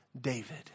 David